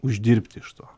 uždirbti iš to